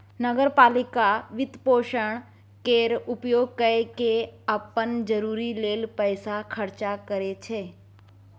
नगर पालिका वित्तपोषण केर उपयोग कय केँ अप्पन जरूरी लेल पैसा खर्चा करै छै